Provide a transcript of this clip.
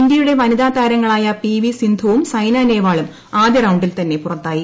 ഇന്ത്യയുടെ വനിതാ താരങ്ങളായ പി സിന്ധുവും വി സൈനാ നെഹ്വാളും ആദ്യ റൌണ്ടിൽ തന്നെ പുറത്തായി